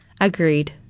Agreed